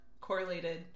correlated